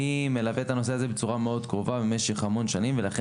אני מלווה את הנושא הזה בצורה מאוד קרובה במשך המון שנים ולכן